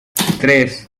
tres